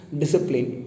discipline